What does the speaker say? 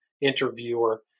interviewer